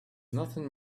nothing